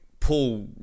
pull